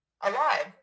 alive